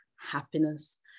happiness